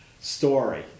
story